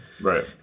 Right